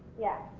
yeah.